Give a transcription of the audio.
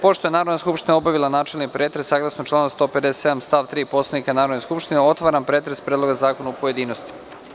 Pošto je Narodna skupština obavila načelni pretres, saglasno članu 157. stav 3. Poslovnika Narodne skupštine, otvaram pretres Predloga zakona u pojedinostima.